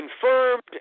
confirmed